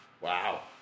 wow